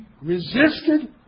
resisted